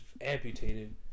amputated